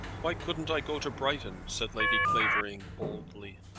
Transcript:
why couldn't i go to brighton? said lady clavering boldly.